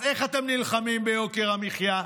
אז איך אתם נלחמים ביוקר המחיה?